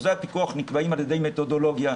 אחוזי הפיקוח נקבעים על ידי מתודולוגיה.